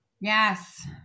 Yes